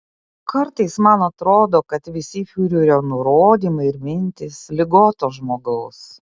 kartais man atrodo kad visi fiurerio nurodymai ir mintys ligoto žmogaus